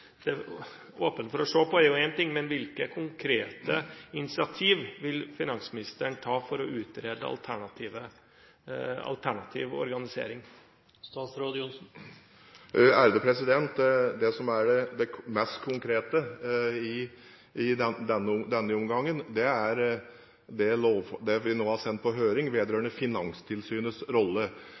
for å se på» er én ting, men hvilke konkrete initiativ vil finansministeren ta for å utrede alternativ organisering? Det mest konkrete i denne omgangen er det vi nå har sendt på høring vedrørende Finanstilsynets rolle. Finanskriseutvalget håndterte dette spørsmålet. Der var det en delt innstilling; noen gikk inn for en statlig nemnd, mens andre ville styrke Finanstilsynets rolle,